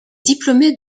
diplômés